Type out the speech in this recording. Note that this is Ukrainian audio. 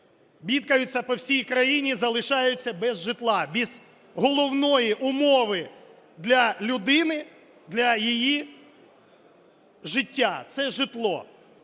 бідкаються по всій країні, залишаються без житла, без головної умови для людини, для її життя – це житло.